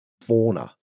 fauna